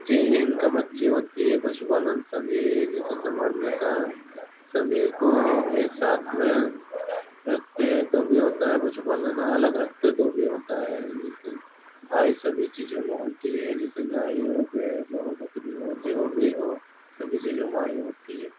अच्छी इनकम अच्छी होती है पशुपालन सभी जेसे समान्यता सभी को एक साथ में रखते हैं तो भी होता है पशुपालन अलग रखते तो भी जिससे आय सभी चीज़ों में होती है जैसे गाय हो बैल हो बकरी हो जो भी हो सभी चीज़ों में आय होती है